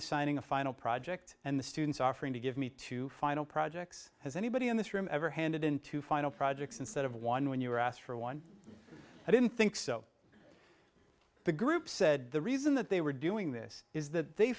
assigning a final project and the students are free to give me two final projects has anybody in this room ever handed in two final projects instead of one when you asked for one i didn't think so the group said the reason that they were doing this is that they